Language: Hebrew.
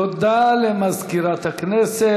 תודה למזכירת הכנסת.